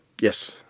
Yes